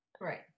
Right